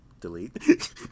Delete